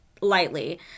lightly